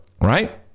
Right